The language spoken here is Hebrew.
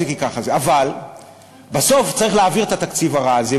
אבל בסוף צריך להעביר את התקציב הרע הזה,